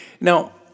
Now